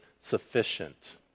sufficient